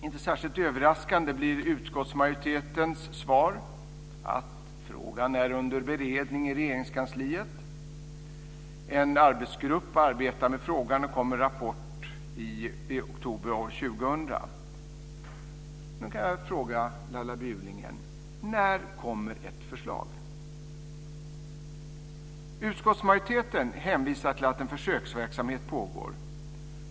Inte särskilt överraskande blir utskottsmajoritetens svar att frågan är under beredning i Regeringskansliet. En arbetsgrupp har arbetat med frågan och kom med en rapport i oktober 2000. Jag frågar Laila Bjurling: När kommer ett förslag? Utskottsmajoriteten hänvisar till att en försöksverksamhet pågår.